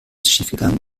schiefgegangen